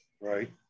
right